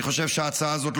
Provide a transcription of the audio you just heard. אני חושב שההצעה הזאת,